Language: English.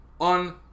on